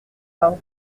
vingt